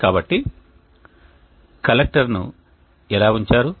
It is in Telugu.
కాబట్టి కలెక్టర్ను ఎలా ఉంచారు